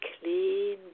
clean